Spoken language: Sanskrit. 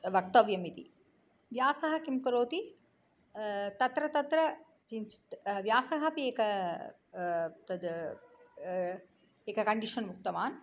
वक्तव्यम् इति व्यासः किं करोति तत्र तत्र किञ्चित् व्यासः अपि एकः तद् एकः कण्डीषन् उक्तवान्